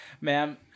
ma'am